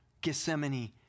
Gethsemane